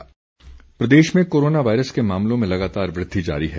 Covid Himachal Pradesh में corona virus के मामलों में लागतार वृद्धि जारी है